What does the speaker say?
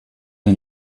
den